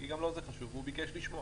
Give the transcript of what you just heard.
כי גם לו זה חשוב והוא ביקש לשמוע.